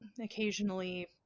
occasionally